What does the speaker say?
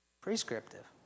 Prescriptive